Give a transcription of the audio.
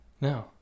No